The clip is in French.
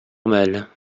mal